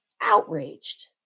outraged